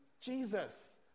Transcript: Jesus